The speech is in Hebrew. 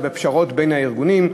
והפשרות בין הארגונים.